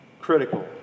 Critical